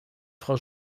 frau